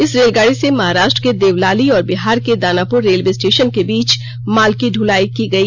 इस रेलगाड़ी से महाराष्ट्र के देवलाली और बिहार के दानापुर रेलवे स्टेशन के बीच माल की दुलाई गई